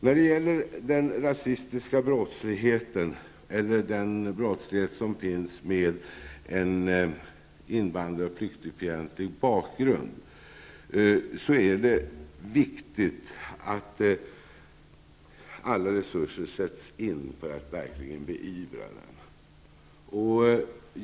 När det gäller den rasistiska brottsligheten eller brottsligheten med en invandrar och främlingsfientlig bakgrund är det viktigt att alla resurser sätts in för att beivra överträdelserna.